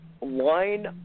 line